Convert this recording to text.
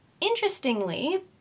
Interestingly